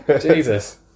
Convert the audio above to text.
Jesus